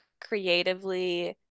creatively